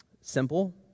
Simple